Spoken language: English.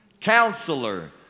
Counselor